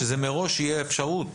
שמראש תהיה אפשרות